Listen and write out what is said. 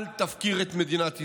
אל תפקיר את מדינת ישראל.